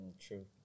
True